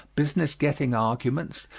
business-getting arguments,